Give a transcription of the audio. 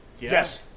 Yes